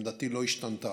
עמדתי לא השתנתה.